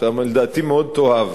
שאתה לדעתי מאוד תאהב,